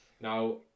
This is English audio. Now